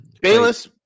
Bayless